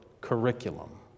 curriculum